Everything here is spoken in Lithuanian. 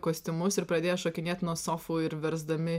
kostiumus ir pradėję šokinėt nuo sofų ir versdami